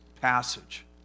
passage